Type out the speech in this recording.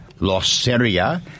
Loseria